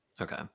Okay